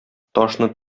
ташны